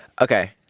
Okay